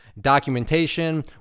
documentation